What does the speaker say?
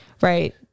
Right